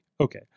okay